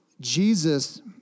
Jesus